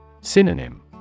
Synonym